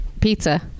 pizza